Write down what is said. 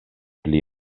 pli